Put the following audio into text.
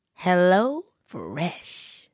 HelloFresh